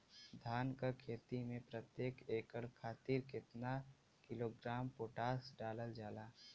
धान क खेती में प्रत्येक एकड़ खातिर कितना किलोग्राम पोटाश डालल जाला?